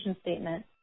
statement